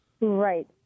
Right